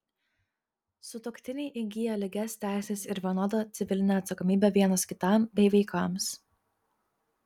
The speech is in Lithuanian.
sutuoktiniai įgyja lygias teises ir vienodą civilinę atsakomybę vienas kitam bei vaikams